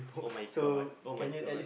[oh]-my-god [oh]-my-god